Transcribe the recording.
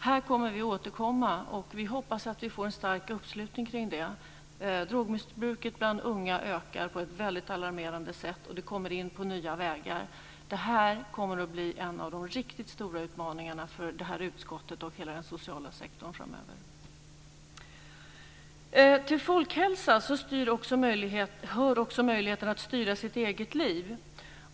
Vi kommer att återkomma här, och vi hoppas vi får en stark uppslutning kring det. Drogmissbruket bland unga ökar på ett väldigt alarmerande sätt, och det kommer in på nya vägar. Detta kommer att bli en av de riktigt stora utmaningarna för det här utskottet och hela den sociala sektorn framöver. Till folkhälsan hör också möjligheten att styra sitt eget liv.